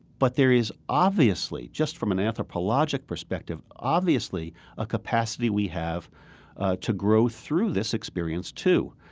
but there is obviously, just from an anthropologic perspective, obviously a capacity we have to grow through this experience too.